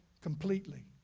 completely